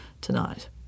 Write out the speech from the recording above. tonight